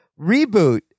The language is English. reboot